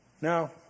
Now